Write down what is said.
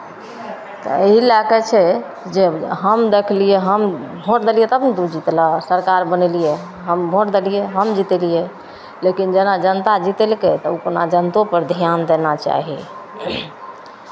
तऽ एहि लए कऽ छै जे हम देखलियै हम भोट देलियै तब ने तू जीतलह सरकार बनेलियै हम भोट देलियै हम जीतेलियै लेकिन जेना जनता जीतेलकै तब अपना जनतोपर ध्यान देना चाही